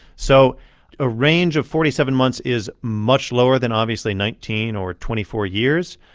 so a range of forty seven months is much lower than, obviously, nineteen or twenty four years.